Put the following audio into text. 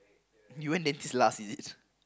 you went dentist last is it